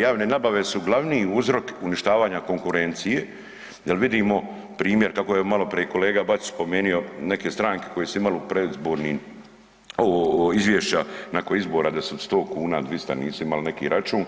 Javne nabave su glavni uzrok uništavanja konkurencije jel vidimo primjer kako je maloprije kolega Bačić spomenio neke stranke koje su imale u predizbornim, ovo izvješća nakon izbora da sa 100 kuna, 200 nisu imali neki račun,